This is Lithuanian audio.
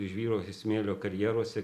žvyro smėlio karjeruose